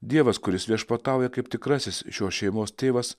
dievas kuris viešpatauja kaip tikrasis šios šeimos tėvas